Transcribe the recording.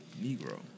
Negro